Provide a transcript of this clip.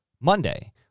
Monday